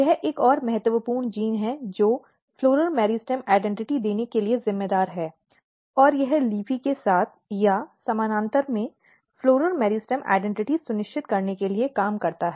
यह एक और महत्वपूर्ण जीन है जो फ़्लॉरल मेरिस्टम पहचान देने के लिए जिम्मेदार है और यह LEAFY के साथ या समानांतर में फ़्लॉरल मेरिस्टम पहचान सुनिश्चित करने के लिए काम करता है